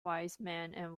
weisman